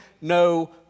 no